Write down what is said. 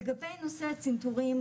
לדבי נושא צנתורים,